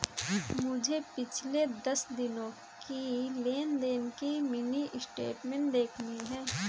मुझे पिछले दस दिनों की लेन देन की मिनी स्टेटमेंट देखनी है